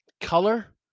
Color